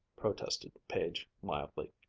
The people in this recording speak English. protested page mildly.